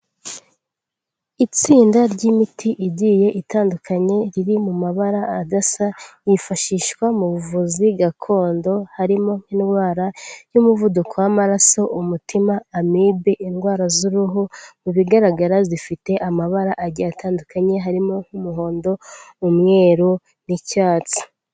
Itsinda ry'imiti igiye itandukanye riri mu mabara adasa, yifashishwa mu buvuzi gakondo harimo nk'indwara y'umuvuduko w'amaraso, umutima, amibe, indwara z'uruhu, mu bigaragara zifite amabara agiye atandukanye harimo nk'umuhondo, umweru n'icyatsi.